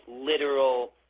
literal